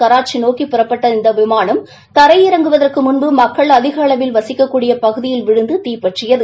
கராச்சி நோக்கி புறப்பட்ட இந்த விமானம் தரையிறங்குவதற்கு முன்பு மக்கள் அதிக அளவில் வசிக்கக்கூடிய பகுதியில் விழுந்து தீப்பற்றியது